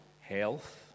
health